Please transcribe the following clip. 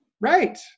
Right